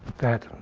that